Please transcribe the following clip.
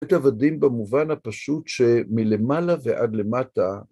בית עבדים במובן הפשוט שמלמעלה ועד למטה